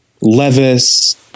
Levis